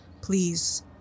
please